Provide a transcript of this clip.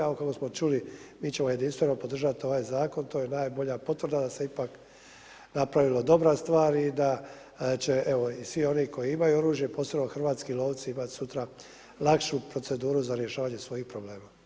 A okolo smo čuli mi ćemo jedinstveno podržati ovaj zakon, to je najbolja potvrda da se ipak napravila dobra stvar i da će evo i svi oni koji imaju oružje, posebno hrvatski lovci imati sutra lakšu proceduru za rješavanje svojih problema.